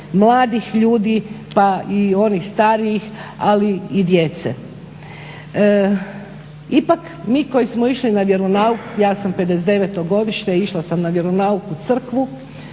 mladih ljudi pa i onih starijih, ali i djece. Ipak mi koji smo išli na vjeronauk, ja sam 59 godište išla sam na vjeronauk u crkvu,